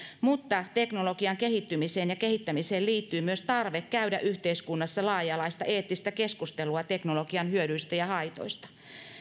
mutta teknologian kehittymiseen ja kehittämiseen liittyy myös tarve käydä yhteiskunnassa laaja alaista eettistä keskustelua teknologian hyödyistä ja haitoista